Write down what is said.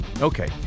Okay